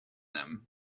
them